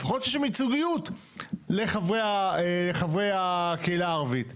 לפחות שתהיה ייצוגיות לחברי הקהילה הערבית.